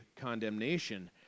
condemnation